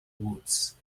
woods